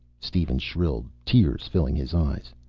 steven shrilled, tears filling his eyes.